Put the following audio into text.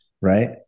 right